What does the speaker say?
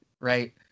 right